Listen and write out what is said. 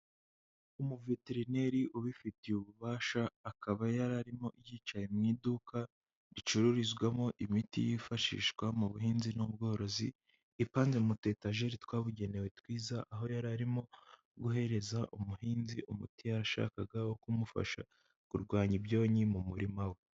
Umuveterineri ubifitiye ububasha akaba yararimo yicaye mu iduka ricururizwamo imiti yifashishwa mu buhinzi n'ubworozi. Ipanze mu tuyetajeri twabugenewe twiza aho yari arimo guhereza umuhinzi umuti yashakaga wo kumufasha kurwanya ibyonnyi mu murima we.